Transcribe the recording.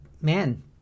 man